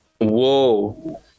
Whoa